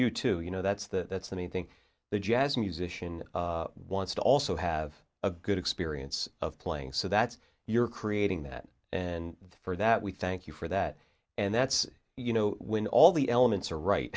u two you know that's the that's anything the jazz musician wants to also have a good experience of playing so that's you're creating that and for that we thank you for that and that's you know when all the elements are right